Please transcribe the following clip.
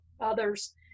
others